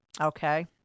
Okay